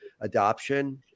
adoption